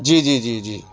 جی جی جی جی